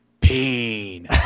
pain